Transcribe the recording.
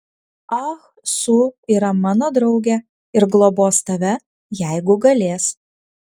ah su yra mano draugė ir globos tave jeigu galės